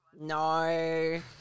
No